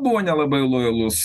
buvo nelabai lojalus